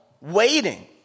waiting